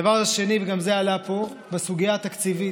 הדבר השני, וגם זה עלה פה, זה הסוגיה התקציבית.